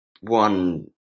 one